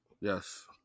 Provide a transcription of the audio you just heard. yes